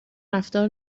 رفتار